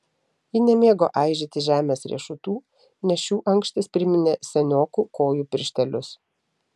ji nemėgo aižyti žemės riešutų nes šių ankštys priminė seniokų kojų pirštelius